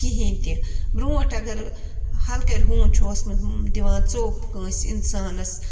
کِہیٖنٛۍ تہِ برٛونٛٹھ اگر ہلکٲرۍ ہوٗن چھُ اوسمُت دِوان ژوٚپ کٲنٛسہِ اِنسانس